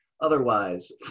Otherwise